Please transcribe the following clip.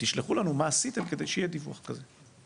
תשלחו לנו מה עשיתם כדי שיהיה דיווח כזה.